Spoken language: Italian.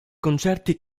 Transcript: concerti